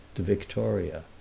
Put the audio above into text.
to victoria.